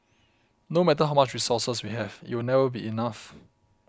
no matter how much resources we have it will never be enough